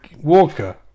Walker